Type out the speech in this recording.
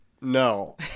No